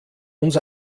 uns